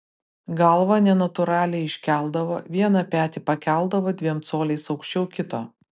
galvą nenatūraliai iškeldavo vieną petį pakeldavo dviem coliais aukščiau kito